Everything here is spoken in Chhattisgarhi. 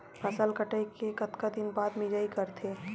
फसल कटाई के कतका दिन बाद मिजाई करथे?